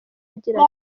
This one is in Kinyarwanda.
agira